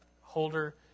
holder